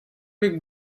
vez